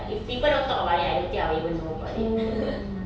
if people don't talk about it I don't think I will even know about it